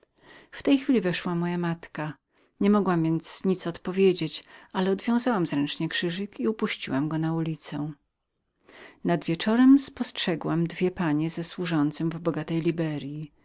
w tej chwili weszła moja matka nie mogłam więc nic odpowiedzieć ale odwiązałam zręcznie krzyżyk i upuściłam go na ulicę nad wieczorem spostrzegłam dwie panie ze służącym w bogatej liberyi